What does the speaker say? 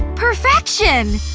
perfection!